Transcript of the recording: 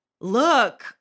look